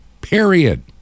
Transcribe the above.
period